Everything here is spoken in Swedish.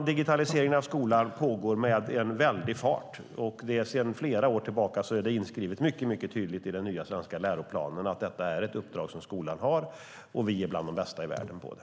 Digitaliseringen av skolan pågår med en väldig fart. Sedan flera år tillbaka är det mycket tydligt inskrivet i den nya svenska läroplanen att detta är ett uppdrag som skolan har, och vi är bland de bästa i världen på det.